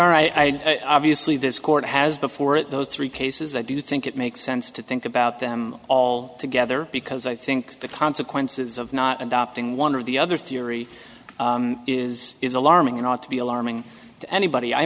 are i'd obviously this court has before it those three cases i do think it makes sense to think about them all together because i think the consequences of not adopting one of the other theory is is alarming and ought to be alarming to anybody i